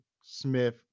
Smith